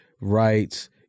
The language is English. rights